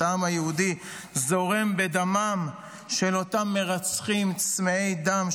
העם היהודי זורמים בדמם של אותם מרצחים צמאי דם,